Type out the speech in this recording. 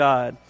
God